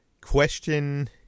question